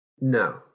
No